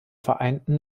vereinten